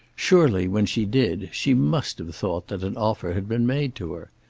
surely when she did she must have thought that an offer had been made to her.